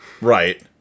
Right